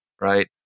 right